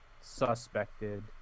suspected